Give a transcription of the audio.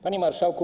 Panie Marszałku!